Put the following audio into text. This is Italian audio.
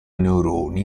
neuroni